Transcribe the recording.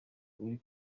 uri